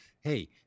Hey